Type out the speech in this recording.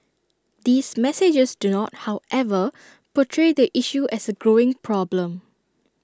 these messages do not however portray the issue as A growing problem